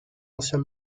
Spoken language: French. ancien